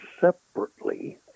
separately